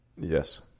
Yes